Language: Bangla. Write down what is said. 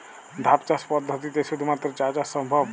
ধাপ চাষ পদ্ধতিতে শুধুমাত্র চা চাষ সম্ভব?